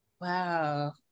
Wow